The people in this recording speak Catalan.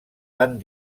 han